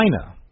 China